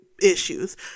issues